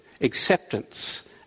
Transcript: acceptance